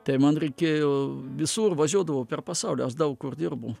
tai man reikėjo visur važiuodavau per pasaulį aš daug kur dirbau